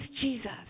Jesus